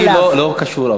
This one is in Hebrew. אני לא קשור,